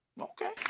okay